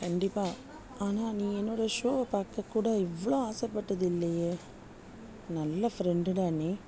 கண்டிப்பாக ஆனால் நீ என்னோடய ஷோவை பார்க்க கூட இவ்வளோ ஆசைப்பட்டது இல்லையே நல்ல ஃப்ரெண்டு டா நீ